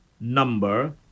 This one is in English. number